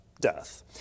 death